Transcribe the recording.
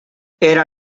era